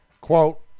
quote